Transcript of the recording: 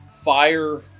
fire